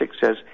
says